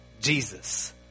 Jesus